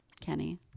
kenny